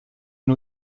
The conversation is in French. une